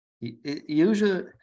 usually